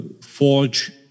forge